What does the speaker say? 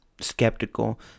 skeptical